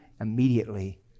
immediately